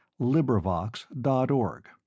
LibriVox.org